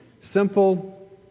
simple